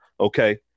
okay